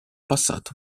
passato